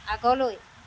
আগলৈ